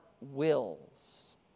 wills